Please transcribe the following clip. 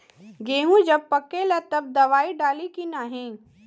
गेहूँ जब पकेला तब दवाई डाली की नाही?